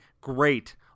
great